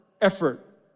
effort